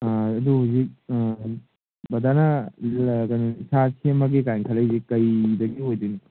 ꯑꯗꯣ ꯍꯧꯖꯤꯛ ꯕ꯭ꯔꯗꯔꯅ ꯀꯩꯅꯣ ꯏꯁꯥ ꯁꯦꯝꯃꯒꯦꯒꯥꯏꯅ ꯈꯜꯂꯛꯏꯖꯦ ꯀꯩꯗꯒꯤ ꯑꯣꯏꯗꯣꯏꯅꯣ